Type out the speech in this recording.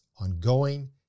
ongoing